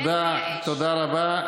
תודה, תודה רבה.